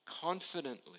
confidently